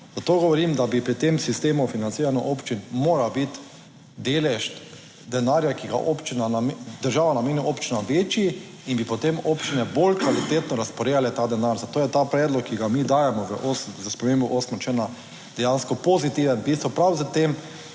zato govorim, da bi pri tem sistemu financiranja občin mora biti. Delež denarja, ki ga občina, država nameni občinam večji in bi potem občine bolj kvalitetno razporejale ta denar. Zato je ta predlog, ki ga mi dajemo s spremembo 8. člena dejansko pozitiven v bistvu